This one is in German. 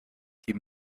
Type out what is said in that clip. die